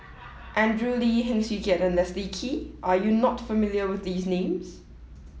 Andrew Lee Heng Swee Keat and Leslie Kee Are you not familiar with these names